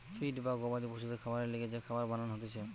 feed বা গবাদি পশুদের খাবারের লিগে যে খাবার বানান হতিছে